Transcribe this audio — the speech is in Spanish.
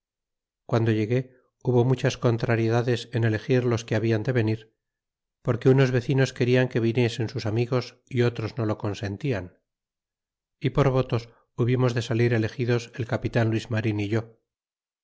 quando llegué hubo muchas contrariedades en elegir los que habian de venir porque unos vecinos querian que viniesen sus amigos y otros no lo consentian y por votos hubimos de salir elegidos el capitan luis